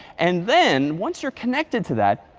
and then once you're connected to that,